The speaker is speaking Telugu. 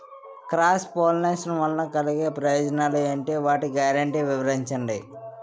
క్రాస్ పోలినేషన్ వలన కలిగే ప్రయోజనాలు ఎంటి? వాటి గ్యారంటీ వివరించండి?